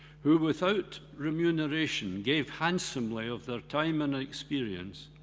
who without remuneration, gave handsomely of their time and experience,